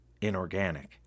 inorganic